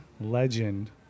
legend